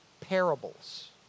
Parables